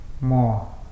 more